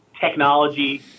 technology